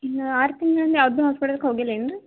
ಇನ್ನು ಆರು ತಿಂಗಳಿಂದ ಯಾವ್ದೂ ಹಾಸ್ಪಿಟಲ್ಗ್ ಹೋಗಿಲ್ಲೇನು ರೀ